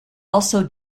also